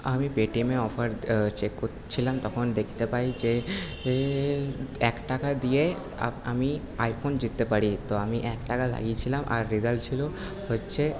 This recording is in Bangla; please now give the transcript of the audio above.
আমি পেটিএমে অফার চেক করছিলাম তখন দেখতে পাই যে এক টাকা দিয়ে আমি আইফোন জিততে পারি তো আমি এক টাকা লাগিয়ে ছিলাম আর রেজাল্ট ছিল যে হচ্ছে